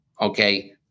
Okay